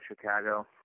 Chicago